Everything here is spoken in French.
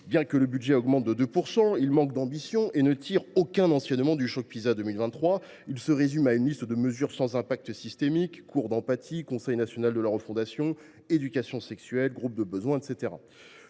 Bien que le budget augmente de 2 %, il manque d’ambition et ne tire aucun enseignement du choc Pisa 2023. Il se résume à une liste de mesures sans impact systémique : cours d’empathie, Conseil national de la refondation, éducation sexuelle, groupes de besoins, etc.